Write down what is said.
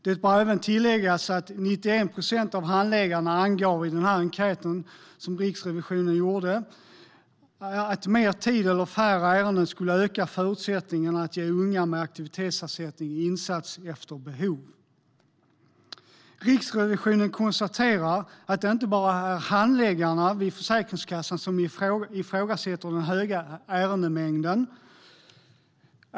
Det bör även tilläggas att 91 procent av handläggarna angav i Riksrevisionens enkät att mer tid eller färre ärenden skulle öka förutsättningarna för att ge unga med aktivitetsersättning insats efter behov. Riksrevisionen konstaterar att det inte bara är handläggarna vid Försäkringskassan som ifrågasätter den höga ärendemängden.